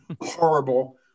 Horrible